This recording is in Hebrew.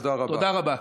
תודה רבה.